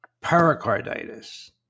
pericarditis